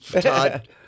Todd